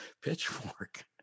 pitchfork